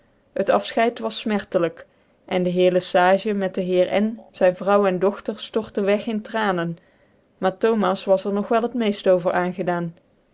het affchcid was fmertclijk en de heer le sage met de heer n zyn vrouw cn dochter ftorte weg in tranen maar thomas was cr nog wel het meeft over aangedaan